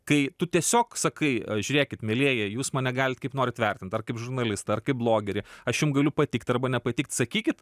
kai tu tiesiog sakai žiūrėkit mielieji jūs mane galit kaip norit vertint ar kaip žurnalistą ar kaip blogerį aš jum galiu patikt arba nepatikt sakykit